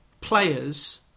players